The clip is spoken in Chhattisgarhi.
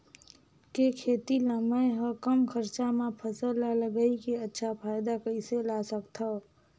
के खेती ला मै ह कम खरचा मा फसल ला लगई के अच्छा फायदा कइसे ला सकथव?